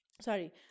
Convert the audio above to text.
sorry